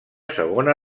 segona